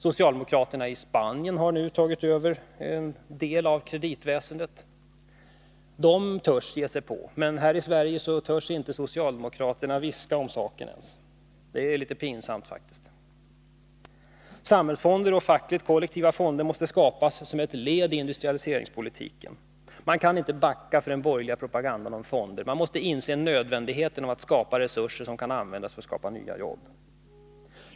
Socialdemokraterna i Spanien har tagit över en del av kreditväsendet. De törs — men här i Sverige törs inte socialdemokraterna viska om saken ens. Det är faktiskt litet pinsamt. Samhällsfonder och fackligt kollektiva fonder måste skapas som ett led i industrialiseringspolitiken. Man kan inte backa för den borgerliga propagandan mot fonder. Man måste inse nödvändigheten av att skapa resurser som kan användas för att skapa nya jobb.